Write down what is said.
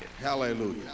Hallelujah